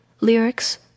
lyrics